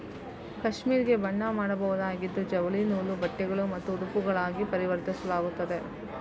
cashmere ಗೆ ಬಣ್ಣ ಮಾಡಬಹುದಾಗಿದ್ದು ಜವಳಿ ನೂಲು, ಬಟ್ಟೆಗಳು ಮತ್ತು ಉಡುಪುಗಳಾಗಿ ಪರಿವರ್ತಿಸಲಾಗುತ್ತದೆ